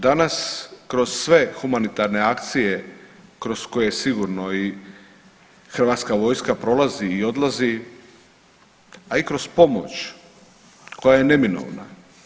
Danas kroz sve humanitarne akcije kroz koje sigurno i Hrvatska vojska prolazi i odlazi, a i kroz pomoć koja je neminovna.